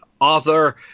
Author